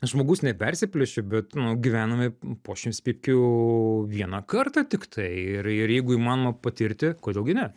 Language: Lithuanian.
žmogus nepersiplėši bet nu gyvename po šimts pypkių vieną kartą tiktai ir ir jeigu įmanoma patirti kodėl gi ne